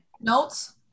notes